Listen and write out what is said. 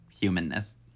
humanness